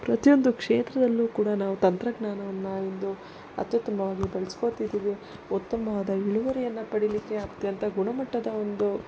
ಪ್ರತಿಯೊಂದು ಕ್ಷೇತ್ರದಲ್ಲೂ ಕೂಡ ನಾವು ತಂತ್ರಜ್ಞಾನವನ್ನು ಇಂದು ಅತ್ಯುತ್ತಮವಾಗಿ ಬಳಸ್ಕೋತಿದೀವಿ ಉತ್ತಮವಾದ ಇಳುವರಿಯನ್ನು ಪಡೀಲಿಕ್ಕೆ ಅತ್ಯಂತ ಗುಣಮಟ್ಟದ ಒಂದು